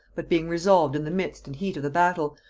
but being resolved in the midst and heat of the battle,